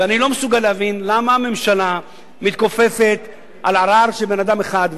ואני לא מסוגל להבין למה הממשלה מתכופפת בשל ערר של בן-אדם אחד.